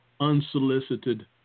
unsolicited